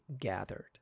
gathered